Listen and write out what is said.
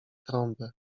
trąbę